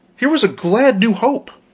here was a glad new hope.